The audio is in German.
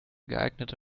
geeignete